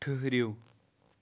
ٹھٕہرِو